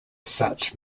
such